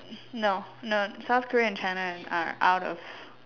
no no South Korea and China are out of